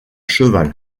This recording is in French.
cheval